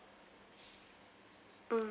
mm